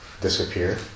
disappear